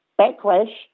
backlash